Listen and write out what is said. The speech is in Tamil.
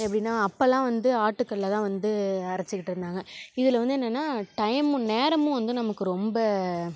எப்படின்னா அப்போலாம் வந்து ஆட்டுக்கல்லில் தான் வந்து அரைச்சுக்கிட்டு இருந்தாங்க இதில் வந்து என்னென்னா டைமும் நேரமும் வந்து நமக்கு ரொம்ப